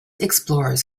explorers